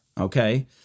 Okay